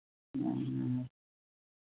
ᱚ